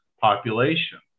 population